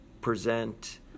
present